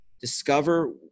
discover